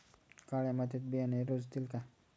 काळ्या मातीत बियाणे रुजतील का?